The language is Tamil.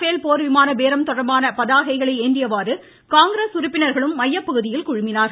பேல் போர் விமான பேரம் தொடர்பான பதாகைகளை ஏந்தியவாறு காங்கிரஸ் உறுப்பினர்களும் மையப்பகுதியில் குழுமினார்கள்